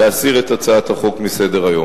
להסיר את הצעת החוק מסדר-היום.